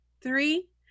three